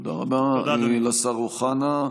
תודה רבה לשר אוחנה.